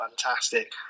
fantastic